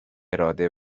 اراده